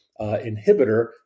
inhibitor